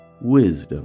Wisdom